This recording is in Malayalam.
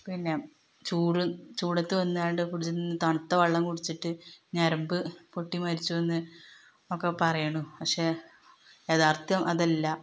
പിന്നെ ചൂട് ചൂടത്ത് വന്നിട്ട് കുടിച്ചിട്ട് തണുത്ത വെള്ളം കുടിച്ചിട്ട് ഞരമ്പ് പൊട്ടി മരിച്ചു എന്നൊക്കെ പറയുന്നു പക്ഷെ യാഥാർഥ്യം അതല്ല